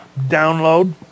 download